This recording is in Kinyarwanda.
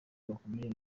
bakomeye